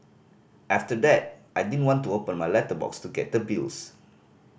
after that I didn't want to open my letterbox to get the bills